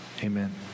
amen